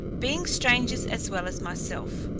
being strangers as well as myself.